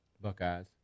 Buckeyes